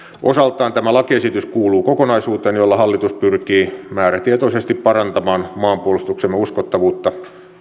osaltaan tämä lakiesitys kuuluu kokonaisuuteen jolla hallitus pyrkii määrätietoisesti parantamaan maanpuolustuksen uskottavuutta